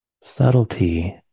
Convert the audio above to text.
subtlety